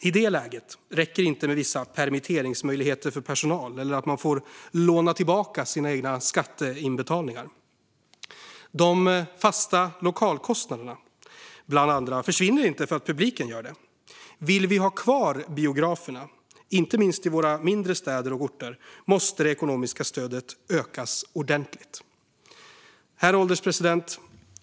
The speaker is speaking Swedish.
I det läget räcker det inte med vissa permitteringsmöjligheter för personal eller att man får låna tillbaka sina egna skatteinbetalningar. Bland annat de fasta lokalkostnaderna försvinner inte för att publiken gör det. Vill vi ha kvar biograferna, inte minst i våra mindre städer och orter, måste det ekonomiska stödet öka ordentligt. Herr ålderspresident!